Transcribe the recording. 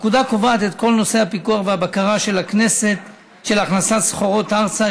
הפקודה קובעת את כל נושא הפיקוח והבקרה של הכנסת סחורות ארצה,